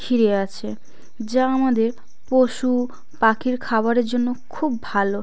ঘিরে আছে যা আমাদের পশু পাখির খাবারের জন্য খুব ভালো